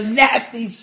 nasty